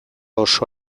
oso